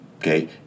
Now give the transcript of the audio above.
Okay